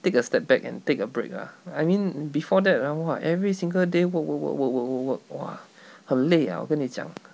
take a step back and take a break ah I mean before that ah !wah! every single day work work work work work work work !wah! 很累啊我跟你讲